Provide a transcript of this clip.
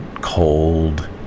cold